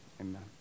amen